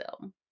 film